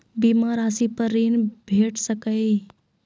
बीमा रासि पर ॠण भेट सकै ये?